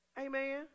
Amen